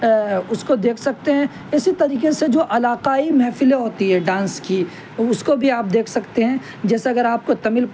اس کو دیکھ سکتے ہیں اسی طریقے سے جو علاقائی محفلیں ہوتی ہیں ڈانس کی اس کو بھی آپ دیکھ سکتے ہیں جیسے اگر آپ کو تمل